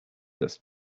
das